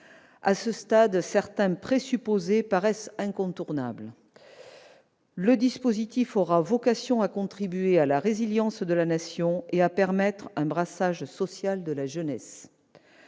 À ce stade, certains présupposés paraissent incontournables : le dispositif aura vocation à contribuer à la résilience de la Nation et à permettre un brassage social de la jeunesse